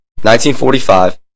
1945